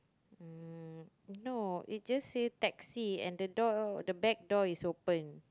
um no it just say taxi and the door the back door is open